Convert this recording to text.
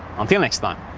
until next time!